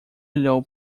olhou